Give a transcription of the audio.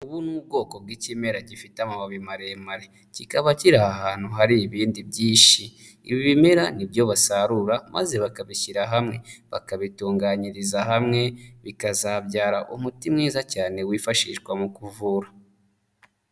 Ubu ni ubwoko bw'ikimera gifite amababi maremare, kikaba kiri ahantu hari ibindi byinshi, ibi bimera nibyo basarura maze bakabishyira hamwe bakabitunganyiriza hamwe bikazabyara umuti mwiza cyane wifashishwa mu kuvura.